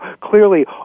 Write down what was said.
clearly